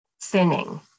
thinning